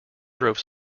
drove